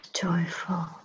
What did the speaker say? Joyful